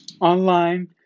online